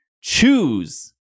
choose